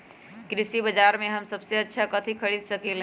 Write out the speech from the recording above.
कृषि बाजर में हम सबसे अच्छा कथि खरीद सकींले?